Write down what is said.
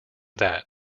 that